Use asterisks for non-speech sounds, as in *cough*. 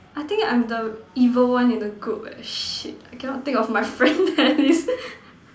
I think I'm the evil one in the group eh shit I cannot think of my friend at least *laughs*